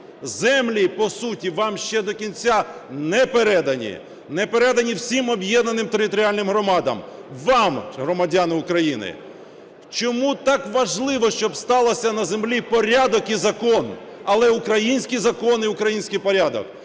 землі, по суті, вам ще до кінця не передані, не передані всім об'єднаним територіальним громадам, вам, громадяни України. Чому так важливо, щоб сталося на землі порядок і закон, але українські закони, український порядок?